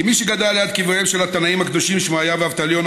כמי שגדל ליד קבריהם של התנאים הקדושים שמעיה ואבטליון,